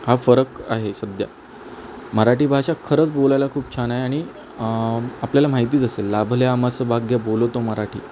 हा फरक आहे सध्या मराठी भाषा खरंच बोलायला खूप छान आहे आणि आपल्याला माहितीच असेल लाभले आम्हास भाग्य बोलतो मराठी